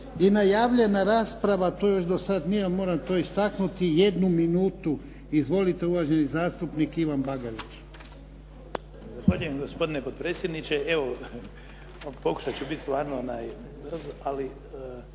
I najavljena rasprava, to još do sad nije, ali moram to istaknuti, jednu minutu. Izvolite uvaženi zastupnik Ivan Bagarić. **Bagarić, Ivan (HDZ)** Zahvaljujem gospodine potpredsjedniče. Evo, pokušati ću biti stvarno brz, ali